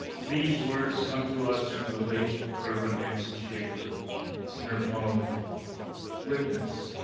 these words come to us from the late rev. and nancy shaffer in her poem witness.